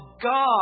God